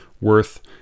worth